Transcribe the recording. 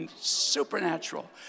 supernatural